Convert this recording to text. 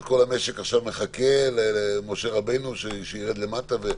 כל המשק מחכה למשה רבנו שירד למטה.